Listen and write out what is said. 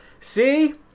See